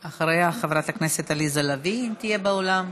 אחריה, חברת הכנסת עליזה לביא, אם תהיה באולם.